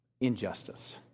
injustice